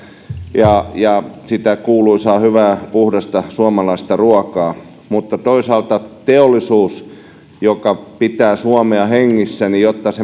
ja ja sitä kuuluisaa hyvää puhdasta suomalaista ruokaa mutta toisaalta jotta teollisuus joka pitää suomea hengissä